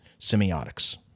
semiotics